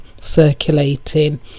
circulating